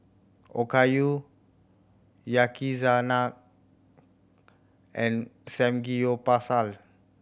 Okayu Yakizakana and Samgeyopsal